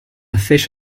fish